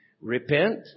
repent